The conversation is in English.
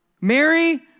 Mary